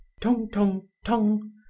Tong-tong-tong